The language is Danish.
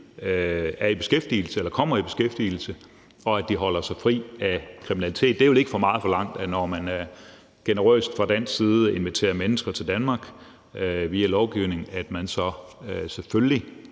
hertil, selvfølgelig kommer i beskæftigelse, og at de holder sig fri af kriminalitet. Det er vel ikke for meget forlangt, at når man generøst fra dansk side inviterer mennesker til Danmark via lovgivning, så indordner de sig selvfølgelig